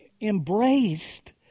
embraced